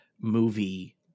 movie